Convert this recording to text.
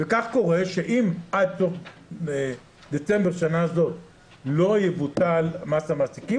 וכך קורה שאם עד תום דצמבר שנה זו לא יבוטל מס המעסיקים,